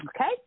Okay